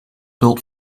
built